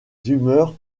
humeurs